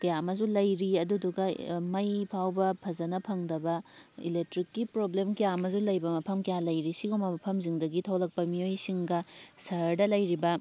ꯀꯌꯥ ꯑꯃꯁꯨ ꯂꯩꯔꯤ ꯑꯗꯨꯗꯨꯒ ꯃꯩ ꯐꯥꯎꯕ ꯐꯖꯅ ꯐꯪꯗꯕ ꯏꯂꯦꯛꯇ꯭ꯔꯤꯛꯀꯤ ꯄ꯭ꯔꯣꯕ꯭ꯂꯦꯝ ꯀꯌꯥ ꯑꯃꯁꯨ ꯂꯩꯕ ꯃꯐꯝ ꯀꯌꯥ ꯂꯩꯔꯤ ꯁꯤꯒꯨꯝꯕ ꯃꯐꯝꯁꯤꯡꯗꯒꯤ ꯊꯣꯛꯂꯛꯄ ꯃꯤꯑꯣꯏꯁꯤꯡꯒ ꯁꯍꯔꯗ ꯂꯩꯔꯤꯕ